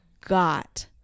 got